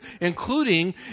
including